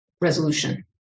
resolution